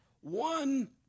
one